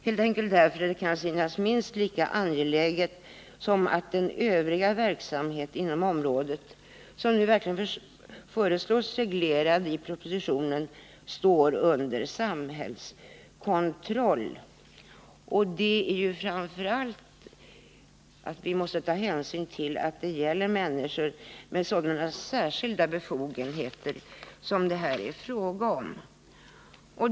Det kan synas minst lika angeläget för denna verksamhet som för den övriga verksamheten inom området, vilken nu i propositionen verkligen föreslås bli reglerad och stå under samhällskontroll. Vi måste framför allt ta hänsyn till att det gäller människor med särskilda befogenheter.